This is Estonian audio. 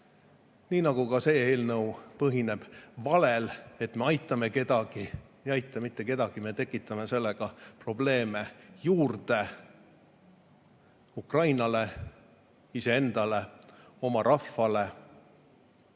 Nii nagu ka see eelnõu põhineb valel, et me aitame kedagi. Ei aita me mitte kedagi, me tekitame sellega probleeme juurde. Ukrainale, iseendale, oma rahvale.